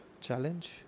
challenge